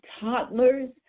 toddlers